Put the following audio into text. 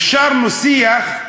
הכשרנו שיח,